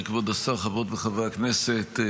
כבוד השר, חברות וחברי הכנסת.